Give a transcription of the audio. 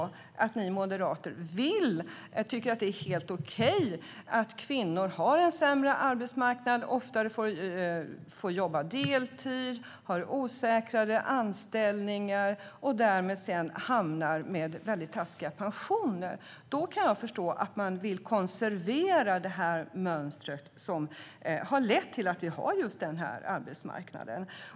Men om ni moderater tycker att det är helt okej att kvinnor har en sämre arbetsmarknad, oftare får jobba deltid, har osäkrare anställningar och därmed sedan får väldigt taskiga pensioner, då kan jag förstå att ni vill konservera det mönster som lett till att vi har den här arbetsmarknaden.